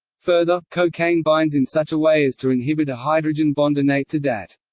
further, cocaine binds in such a way as to inhibit a hydrogen bond innate to dat.